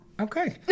Okay